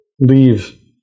leave